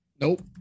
Nope